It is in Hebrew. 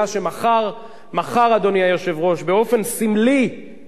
באופן סמלי יומיים לאחר זיכויו של מר אולמרט,